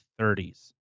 1930s